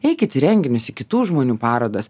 eikit į renginius į kitų žmonių parodas